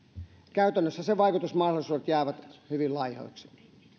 käytännössä niiden vaikutusmahdollisuudet jäävät hyvin laihoiksi